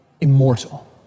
immortal